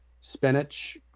spinach